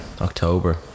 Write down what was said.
October